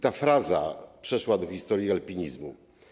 Ta fraza przeszła do historii alpinizmu.